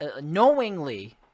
knowingly –